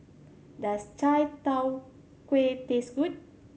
does chai tow kway taste good